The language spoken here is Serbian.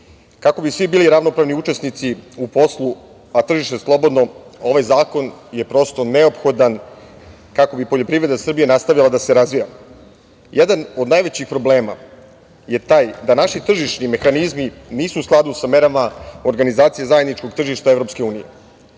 Kako bi svi bili ravnopravni učesnici u poslu a tržište slobodno, ovaj zakon je prosto neophodan kako bi poljoprivreda Srbije nastavila da se razvija. Jedan od najvećih problema je taj da naši tržišni mehanizmi nisu u skladu sa merama organizacije zajedničkog tržišta EU. Da bi